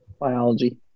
Biology